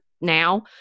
now